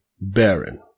Baron